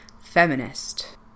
feminist